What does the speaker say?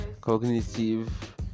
cognitive